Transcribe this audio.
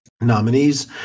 nominees